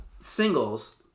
Singles